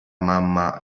mamma